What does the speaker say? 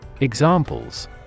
Examples